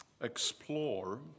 explore